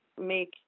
make